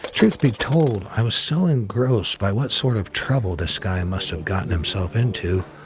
truth be told, i was so engrossed by what sort of trouble this guy and must've gotten himself into.